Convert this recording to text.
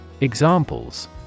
Examples